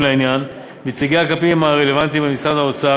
לעניין: נציגי האגפים הרלוונטיים במשרד האוצר,